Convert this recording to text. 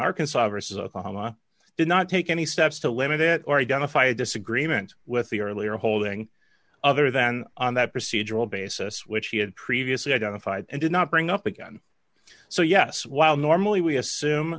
arkansas versus oklahoma did not take any steps to limit it or identify a disagreement with the earlier holding other than on that procedural basis which he had previously identified and did not bring up again so yes while normally we assume